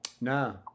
no